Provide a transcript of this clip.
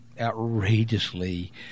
Outrageously